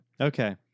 Okay